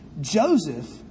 Joseph